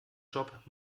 job